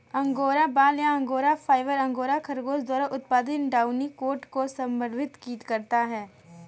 angora बाल या angora fibre, angora खरगोश द्वारा उत्पादित डाउनी कोट को संदर्भित करता है